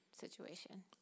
situation